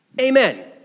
Amen